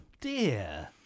dear